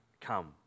come